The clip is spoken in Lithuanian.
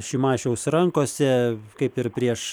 šimašiaus rankose kaip ir prieš